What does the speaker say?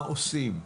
מה עושים?